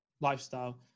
Lifestyle